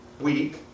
week